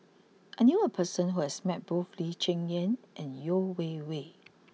I knew a person who has met both Lee Cheng Yan and Yeo Wei Wei